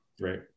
right